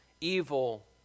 evil